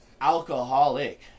alcoholic